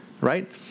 Right